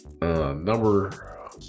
Number